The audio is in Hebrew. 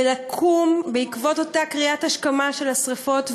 לקום בעקבות אותה קריאת השכמה של השרפות,